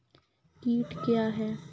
कीट क्या है?